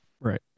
right